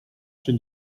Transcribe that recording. czy